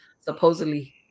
supposedly